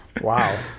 Wow